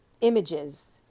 images